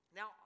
Now